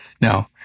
Now